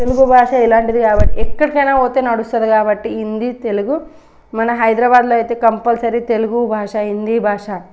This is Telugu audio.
తెలుగు భాష ఇలాంటిది కాబట్టి ఎక్కడికైనా పోతే నడుస్తుంది కాబట్టి హిందీ తెలుగు మన హైదరాబాద్లో అయితే కంపల్సరీ తెలుగు భాష హిందీ భాష